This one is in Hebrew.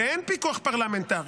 ואין פיקוח פרלמנטרי,